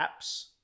apps